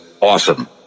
awesome